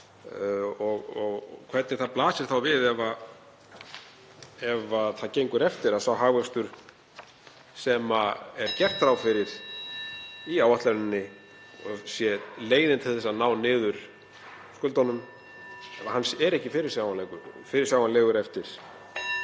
og hvernig það blasir þá við ef það gengur eftir að sá hagvöxtur (Forseti hringir.) sem gert er ráð fyrir í áætluninni sé leiðin til þess að ná niður skuldunum. Hann er ekki fyrirsjáanlegur eftir